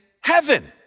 heaven